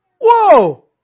Whoa